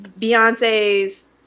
Beyonce's